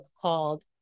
called